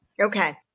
Okay